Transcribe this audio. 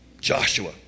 Joshua